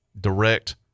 direct